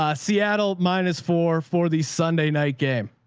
ah seattle minus four for the sunday night game.